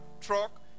truck